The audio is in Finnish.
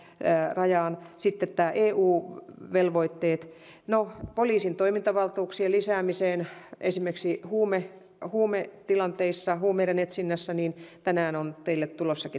rajaan sitten nämä eu velvoitteet no poliisin toimintavaltuuksien lisääminen esimerkiksi huumetilanteissa huumeiden etsinnässä on tänään teille